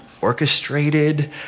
orchestrated